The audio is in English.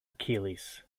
achilles